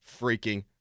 freaking